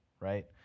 right